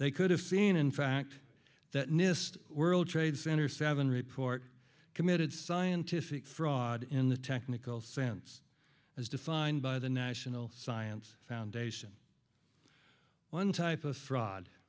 they could have seen in fact that nist world trade center seven report committed scientific fraud in the technical sense as defined by the national science foundation one type of fraud